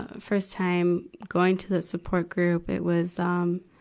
ah first time going to the support group. it was, um,